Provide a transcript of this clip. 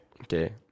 Okay